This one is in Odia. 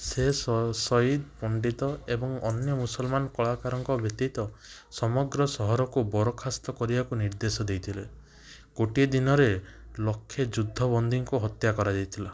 ସେ ଶହୀଦ ପଣ୍ଡିତ ଏବଂ ଅନ୍ୟ ମୁସଲମାନ କଳାକାରଙ୍କ ବ୍ୟତୀତ ସମଗ୍ର ସହରକୁ ବରଖାସ୍ତ କରିବାକୁ ନିର୍ଦ୍ଦେଶ ଦେଇଥିଲେ ଗୋଟିଏ ଦିନରେ ଲକ୍ଷେ ଯୁଦ୍ଧ ବନ୍ଦୀଙ୍କୁ ହତ୍ୟା କରାଯାଇଥିଲା